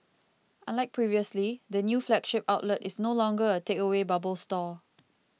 unlike previously the new flagship outlet is no longer a takeaway bubble store